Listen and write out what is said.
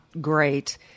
great